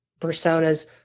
personas